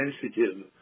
sensitive